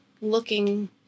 looking